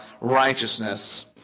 righteousness